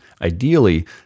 Ideally